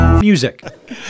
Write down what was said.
Music